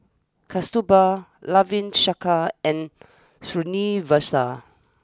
Kasturba Ravi Shankar and Srinivasa